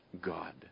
God